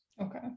okay